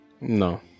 No